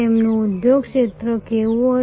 તેમનું ઉદ્યોગ ક્ષેત્ર કેવું હશે